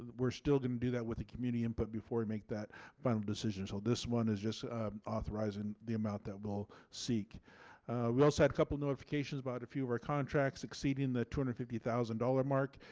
ah we're still going to do that with the community input before we make that final decision. well so this one is just authorizing the amount that will seek we also had couple of notifications about a few of our contracts exceeding the two hundred and fifty thousand dollar mark